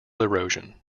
erosion